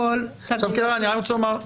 אני רק רוצה לומר,